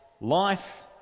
Life